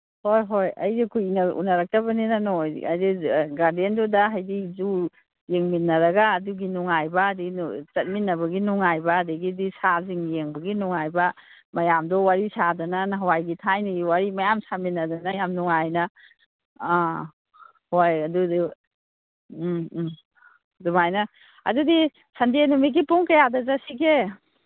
ꯍꯣꯏ ꯍꯣꯏ ꯑꯩꯁꯨ ꯀꯨꯏꯅ ꯎꯅꯔꯛꯇꯕꯅꯤꯅ ꯒꯥꯔꯗꯦꯟꯗꯨꯗ ꯍꯥꯏꯗꯤ ꯖꯨ ꯌꯦꯡꯃꯤꯟꯅꯔꯒ ꯑꯗꯨꯒꯤ ꯅꯨꯡꯉꯥꯏꯕ ꯑꯗꯒꯤ ꯆꯠꯃꯤꯟꯅꯕꯒꯤ ꯅꯨꯡꯉꯥꯏꯕ ꯑꯗꯒꯤꯗꯤ ꯁꯥꯁꯤꯡ ꯌꯦꯡꯕꯒꯤ ꯅꯨꯡꯉꯥꯏꯕ ꯃꯌꯥꯝꯗꯣ ꯋꯥꯔꯤ ꯁꯥꯗꯅ ꯅꯍꯥꯟꯋꯥꯏꯒꯤ ꯊꯥꯏꯅꯒꯤ ꯋꯥꯔꯤ ꯃꯌꯥꯝ ꯁꯥꯃꯤꯟꯅꯗꯅ ꯌꯥꯝ ꯅꯨꯡꯉꯥꯏꯅ ꯑꯥ ꯍꯣꯏ ꯑꯗꯨꯁꯨ ꯎꯝ ꯎꯝ ꯑꯗꯨꯃꯥꯏꯅ ꯑꯗꯨꯗꯤ ꯁꯟꯗꯦ ꯅꯨꯃꯤꯠꯀꯤ ꯄꯨꯡ ꯀꯌꯥꯗ ꯆꯠꯁꯤꯒꯦ